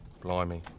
Blimey